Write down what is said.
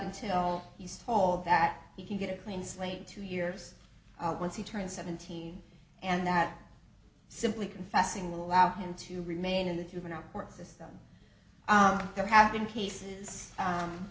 until he's told that he can get a clean slate two years once he turned seventeen and that simply confessing will allow him to remain in the juvenile court system there have been cases